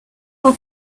her